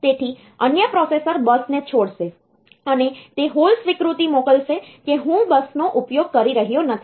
તેથી અન્ય પ્રોસેસર બસને છોડશે અને તે હોલ્ડ સ્વીકૃતિ મોકલશે કે હું બસનો ઉપયોગ કરી રહ્યો નથી